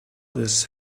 this